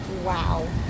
Wow